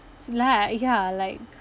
s~ lah ya like